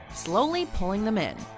slowly pulling them in.